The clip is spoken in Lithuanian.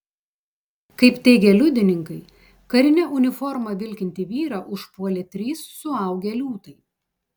kaip teigia liudininkai karine uniforma vilkintį vyrą užpuolė trys suaugę liūtai